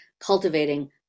cultivating